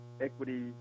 equity